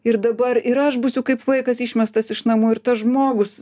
ir dabar ir aš būsiu kaip vaikas išmestas iš namų ir tas žmogus